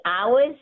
hours